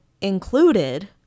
included